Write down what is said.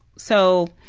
so,